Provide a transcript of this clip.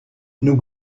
nous